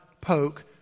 poke